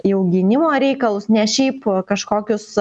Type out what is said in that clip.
jau gynimo reikalus ne šiaip kažkokius